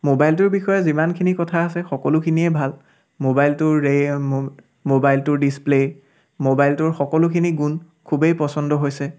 মোবাইলটোৰ বিষয়ে যিমানখিনি কথা আছে সকলোখিনিয়ে ভাল মোবাইলটোৰ ৰেম মোবাইলটোৰ ডিছপ্লে মোবাইলটোৰ সকলোখিনি গুণ খুবেই পচণ্ড হৈছে